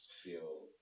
feel